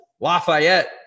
Lafayette